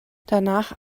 danach